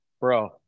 bro